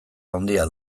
handia